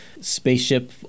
spaceship